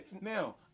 Now